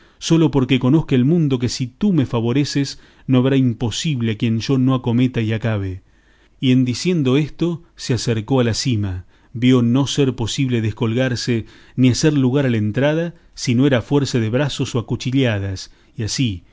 sólo porque conozca el mundo que si tú me favoreces no habrá imposible a quien yo no acometa y acabe y en diciendo esto se acercó a la sima vio no ser posible descolgarse ni hacer lugar a la entrada si no era a fuerza de brazos o a cuchilladas y así